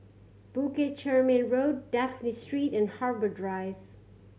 Bukit Chermin Road Dafne Street and Harbour Drive